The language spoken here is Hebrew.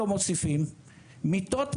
לא מוסיפים מיטות,